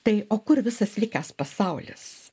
tai o kur visas likęs pasaulis